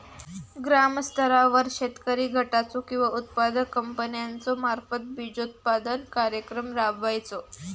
ग्रामस्तरावर शेतकरी गटाचो किंवा उत्पादक कंपन्याचो मार्फत बिजोत्पादन कार्यक्रम राबायचो?